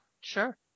Sure